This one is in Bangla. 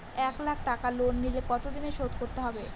এক লাখ টাকা লোন নিলে কতদিনে শোধ করতে হবে?